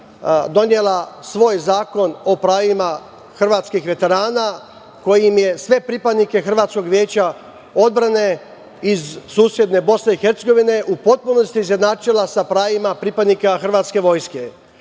donela svoj zakon o pravima hrvatskih veterana, kojim je sve pripadnike hrvatskog veća odbrane iz susedne BiH u potpunosti izjednačila sa pravima pripadnika hrvatske vojske.